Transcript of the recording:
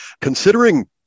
considering